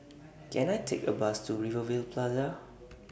Can I Take A Bus to Rivervale Plaza